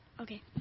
okay